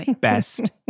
best